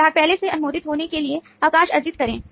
ग्राहक पहले से अनुमोदित होने के लिए अवकाश अर्जित करें